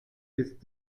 ist